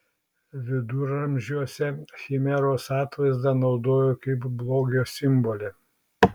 viduramžiuose chimeros atvaizdą naudojo kaip blogio simbolį